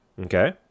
Okay